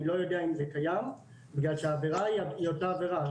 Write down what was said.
אני לא יודע אם זה קיים מכיוון שהעבירה היא אותה עבירה,